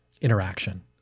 interaction